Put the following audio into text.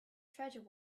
treasure